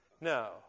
No